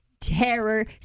terror